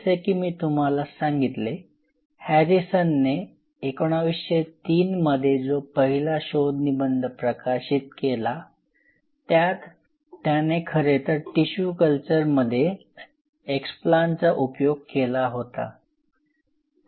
जसे की तुम्हाला सांगितले हॅरिसन ने 1903 मध्ये जो पहिला शोध निबंध प्रकाशित केला त्यात त्याने खरेतर टिशू कल्चर मध्ये एक्सप्लांट चा उपयोग केला होता